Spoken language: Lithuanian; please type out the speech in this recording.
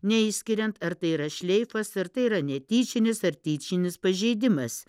neišskiriant ar tai yra šleifas ar tai yra netyčinis ar tyčinis pažeidimas